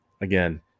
again